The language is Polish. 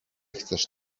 chcesz